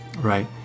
right